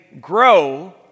grow